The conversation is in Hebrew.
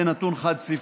זה נתון חד-ספרתי.